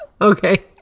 Okay